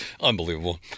unbelievable